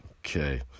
Okay